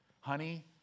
Honey